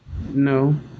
No